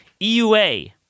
EUA